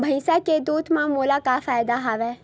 भैंसिया के दूध म मोला का फ़ायदा हवय?